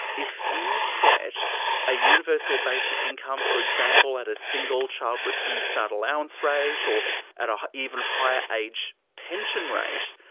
if you set a universal basic income, for example, at a single childless newstart allowance rate or at an even higher age pension rate,